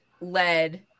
led